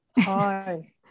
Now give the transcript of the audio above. hi